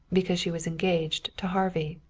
because she was engaged to harvey.